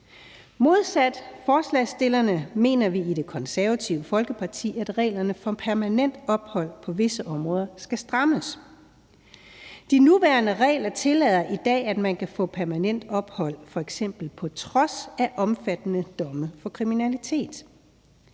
Modsat forslagsstillerne mener vi i Det Konservative Folkeparti, at reglerne for permanent ophold på visse områder skal strammes. De nuværende regler tillader i dag, at man kan få permanent ophold f.eks. på trods af omfattende domme for kriminalitet.